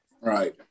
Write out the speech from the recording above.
Right